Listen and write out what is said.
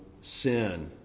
sin